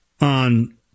on